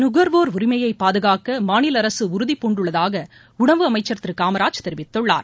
நுகர்வோர் உரிமையை பாதுகாக்க மாநில அரசு உறுதிபூண்டுள்ளதாக உணவு அமைச்சர் திரு காமராஜ் தெரிவித்துள்ளார்